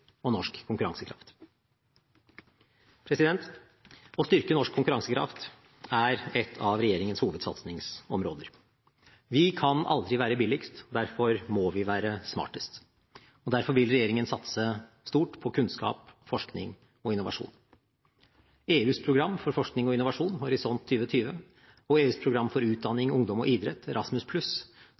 og norsk konkurransekraft. Å styrke norsk konkurransekraft er et av regjeringens hovedsatsingsområder. Vi kan aldri være billigst, derfor må vi være smartest. Derfor vil regjeringen satse stort på kunnskap, forskning og innovasjon. EUs program for forskning og innovasjon Horisont 2020 og EUs program for utdanning, ungdom og idrett